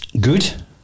Good